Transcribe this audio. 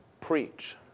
preach